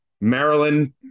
Maryland